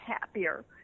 happier